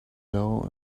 dough